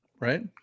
Right